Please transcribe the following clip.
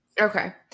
Okay